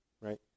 right